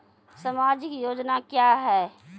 समाजिक योजना क्या हैं?